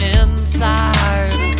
inside